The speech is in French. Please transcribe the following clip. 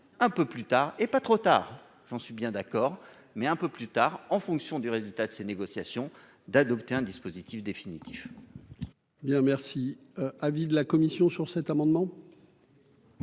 un peu plus tard et pas trop tard, j'en suis bien d'accord, mais un peu plus tard, en fonction du résultat de ces négociations, d'adopter un dispositif définitif. Bien, merci, avis de la commission sur cet amendement.